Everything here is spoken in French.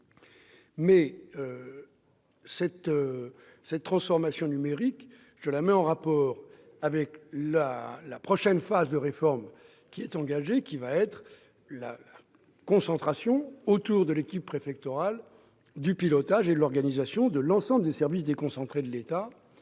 Cette transformation numérique, je la mets en rapport avec la prochaine phase de la réforme, à savoir la concentration autour de l'équipe préfectorale du pilotage et de l'organisation de l'ensemble des services déconcentrés de l'État,